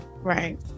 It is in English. Right